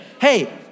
Hey